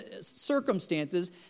circumstances